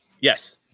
Yes